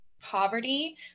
poverty